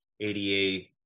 ADA